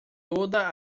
toda